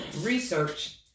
research